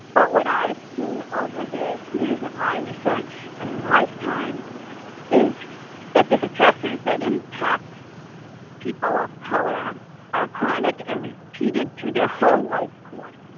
but what i've seen over the years of my research and lifetime is that the stressors that impact people of color are chronic and repeated through their whole life course,